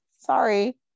sorry